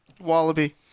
wallaby